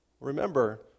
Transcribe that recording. remember